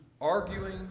arguing